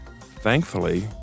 Thankfully